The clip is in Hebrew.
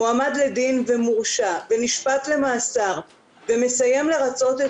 מועמד לדין ומורשע ונשפט למאסר ומסיים לרצות את